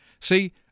See